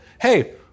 hey